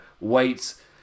wait